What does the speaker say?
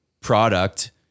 product